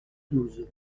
douze